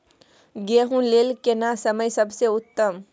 गेहूँ लेल केना समय सबसे उत्तम?